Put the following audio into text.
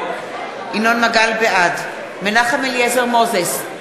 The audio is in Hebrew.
בעד מנחם אליעזר מוזס,